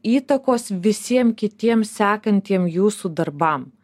įtakos visiem kitiem sekantiem jūsų darbam